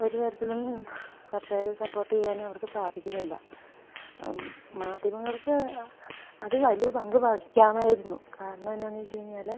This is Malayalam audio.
ഒരുതരത്തിലും കർഷകരെ സപ്പോർട്ട് ചെയ്യാനവർക്ക് സാധിക്കുന്നില്ല മാധ്യമങ്ങൾക്ക് അത് വലിയ പങ്ക് വഹിക്കാമായിരുന്നു കാരണം എന്താണെന്ന് ചോദിച്ചുകഴിഞ്ഞാല്